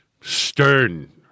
stern